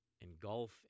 Engulf